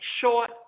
short